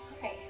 Hi